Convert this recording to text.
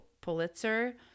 Pulitzer